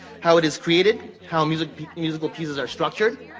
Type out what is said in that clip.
how it is created, how musical musical pieces are structured,